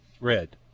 red